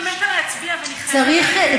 אני מתה להצביע ואני חייבת ללכת.